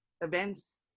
events